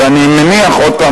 ואני מניח שוב,